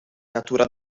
natura